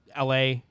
LA